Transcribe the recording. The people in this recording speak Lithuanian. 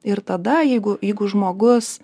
ir tada jeigu jeigu žmogus